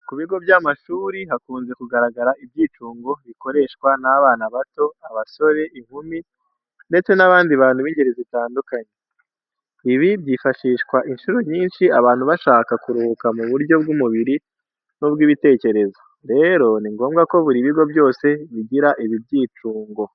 Ku bigo by'amashuri hakunze kugaragara ibyicungo bikoreshwa n'abana bato, abasore, inkumi ndetse n'abandi bantu b'ingeri zitandukanye. Ibi byifashishwa inshuro nyinshi abantu bashaka ku ruhuka mu buryo bw'umubiri n'ubw'ibitekerezo. Rero ni ngombwa ko buri bigo byose bigira ibi byicungo.